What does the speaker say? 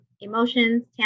Emotions